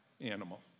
animal